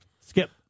Skip